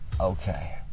okay